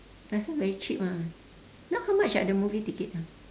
last time very cheap ah now how much ah the movie ticket ah